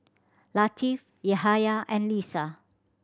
Latif Yahaya and Lisa